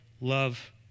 love